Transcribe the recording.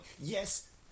Yes